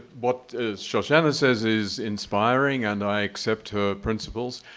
what shoshana says is inspiring and i accept her principles.